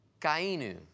kainu